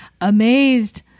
amazed